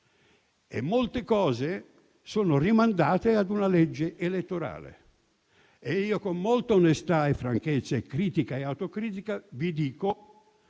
Molte cose sono rimandate a una legge elettorale: con molta onestà, franchezza, critica e autocritica, vi dico